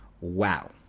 wow